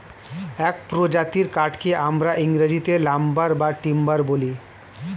এক প্রজাতির কাঠকে আমরা ইংরেজিতে লাম্বার বা টিম্বার বলি